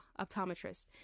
optometrist